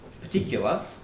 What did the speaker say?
particular